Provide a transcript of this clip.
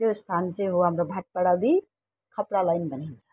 त्यो स्थान चाहिँ हो हाम्रो भातपाडा दुई खपडा लाइन भने हुन्छ